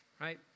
right